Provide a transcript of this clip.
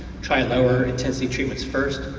try lower intensity treatments first,